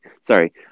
sorry